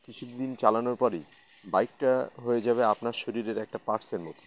কিছুদিন চালানোর পরেই বাইকটা হয়ে যাবে আপনার শরীরের একটা পার্টসের মতো